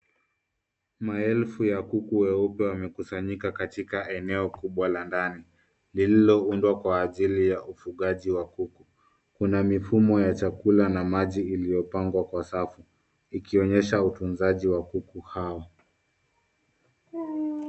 Maelfu ya kuku weupe wamekusanyika katika eneo kubwa la ndani liloundwa kwa ajili ya ufungaji wa kuku. Kuna mifumo ya chakula na maji iliopangwa kwa safu ikionyesha ufungaji wa kuku hao.